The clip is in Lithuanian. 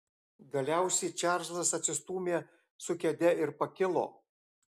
galiausiai čarlzas atsistūmė su kėde ir pakilo